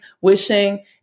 wishing